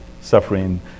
suffering